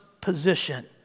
position